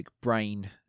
brain